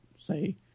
say